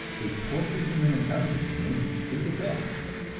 they tortured him in a dungeon to make him take it back,